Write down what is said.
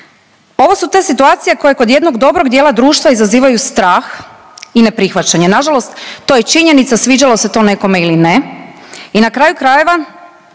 Ovo su te situacije koje kod jednog dobrog dijela društva izazivaju strah i neprihvaćanje. Na žalost to je činjenica sviđalo se to nekome ili ne. I na kraju krajeva